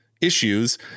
issues